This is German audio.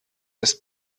das